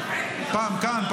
פעם כאן,